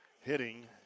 hitting